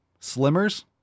Slimmers